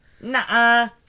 Nah